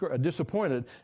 disappointed